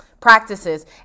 practices